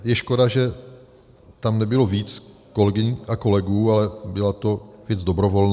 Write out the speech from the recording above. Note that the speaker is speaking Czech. Je škoda, že tam nebylo víc kolegyň a kolegů, ale byla to věc dobrovolná.